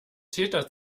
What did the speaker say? täter